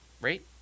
right